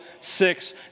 six